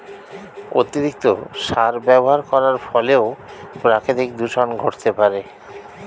অতিরিক্ত সার ব্যবহার করার ফলেও প্রাকৃতিক দূষন ঘটতে পারে